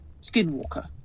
Skinwalker